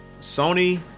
Sony